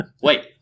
Wait